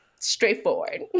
Straightforward